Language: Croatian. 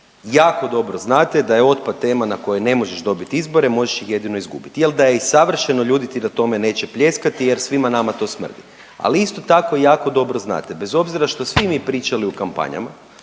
jako dobro znate da je otpad tema na kojoj ne možeš dobit izbore, možeš ih jedino izgubiti. Jel' da je i savršeno ljudi ti na tome neće pljeskati jer svima nama to smrdi. Ali isto tako jako dobro znate, bez obzira što svi mi pričali u kampanjama